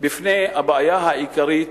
עומדים בפני הבעיה העיקרית,